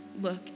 look